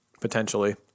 Potentially